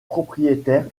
propriétaire